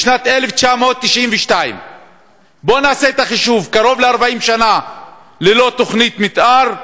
בשנת 1992. בוא נעשה את החישוב: קרוב ל-40 ללא תוכנית מתאר,